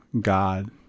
God